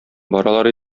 баралар